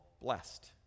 blessed